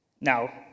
Now